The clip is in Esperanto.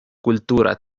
kultura